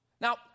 Now